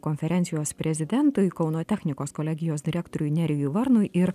konferencijos prezidentui kauno technikos kolegijos direktoriui nerijui varnui ir